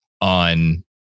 on